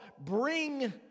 bring